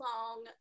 long